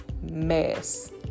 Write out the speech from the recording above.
mess